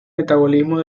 metabolismo